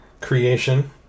creation